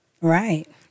Right